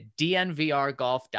dnvrgolf.com